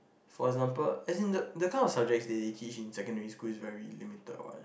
for example as in the the kind of subject they they teach in secondary school is very limited what